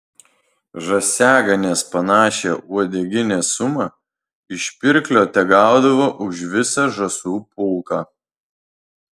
žąsiaganės panašią uodeginės sumą iš pirklio tegaudavo už visą žąsų pulką